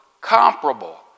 comparable